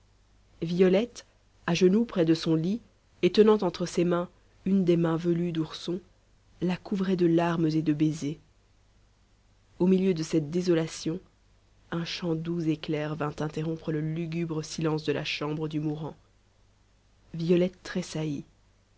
violette à genoux près de son lit et tenant entre ses mains une des mains velues d'ourson la couvrait de larmes et de baisers au milieu de cette désolation un chant doux et clair vint interrompre le lugubre silence de la chambre du mourant violette tressaillit